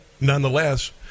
nonetheless